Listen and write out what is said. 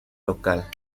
local